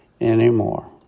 anymore